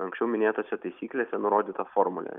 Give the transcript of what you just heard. anksčiau minėtose taisyklėse nurodytą formulę